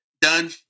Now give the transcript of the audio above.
Done